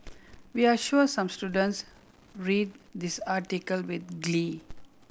we're sure some students read this article with glee